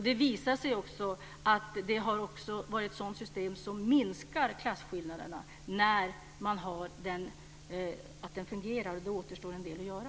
Det har också visat sig vara ett sådant system som minskar klasskillnaderna, men det återstår en del att göra.